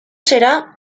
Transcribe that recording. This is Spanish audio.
será